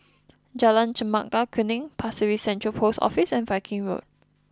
Jalan Chempaka Kuning Pasir Ris Central Post Office and Viking Road